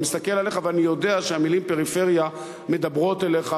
אני מסתכל עליך ואני יודע שהמלה "פריפריה" מדברת אליך,